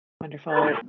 Wonderful